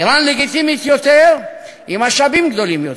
איראן לגיטימית יותר עם משאבים גדולים יותר,